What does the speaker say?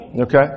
Okay